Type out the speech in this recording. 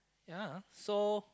yea so